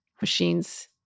machines